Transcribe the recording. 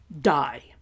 die